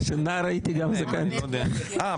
טוב,